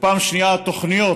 דבר שני, התוכניות